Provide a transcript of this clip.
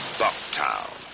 bucktown